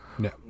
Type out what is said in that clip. No